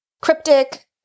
cryptic